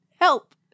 Help